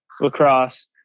lacrosse